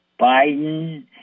Biden